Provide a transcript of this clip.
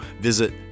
visit